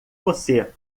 você